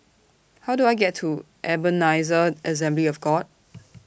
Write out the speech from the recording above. How Do I get to Ebenezer Assembly of God